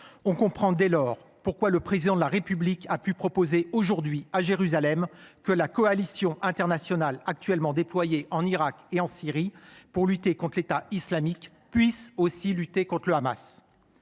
On comprend dès lors pourquoi le Président de la République a pu proposer, aujourd’hui, à Jérusalem, que la coalition internationale actuellement déployée en Irak et en Syrie pour lutter contre l’État islamique « puisse aussi lutter contre le Hamas